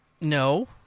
No